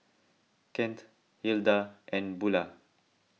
Kent Hilda and Bulah